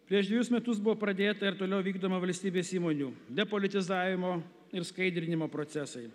prieš dvejus metus buvo pradėta ir toliau vykdoma valstybės įmonių depolitizavimo ir skaidrinimo procesai